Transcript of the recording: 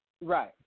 Right